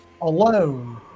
alone